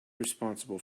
responsible